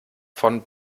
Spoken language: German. von